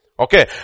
Okay